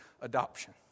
adoption